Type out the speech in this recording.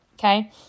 okay